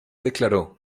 declaró